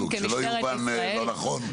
שלא יובן לא נכון.